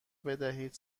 بدهید